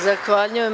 Zahvaljujem.